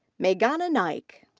meghana naik.